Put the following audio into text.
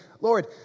lord